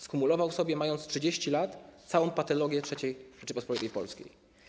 Skumulował w sobie, mając 30 lat, całą patologię III Rzeczypospolitej Polskiej.